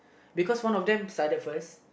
because one of them decided first